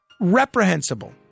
Reprehensible